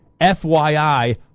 FYI